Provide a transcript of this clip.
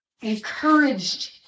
encouraged